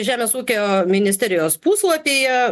žemės ūkio ministerijos puslapyje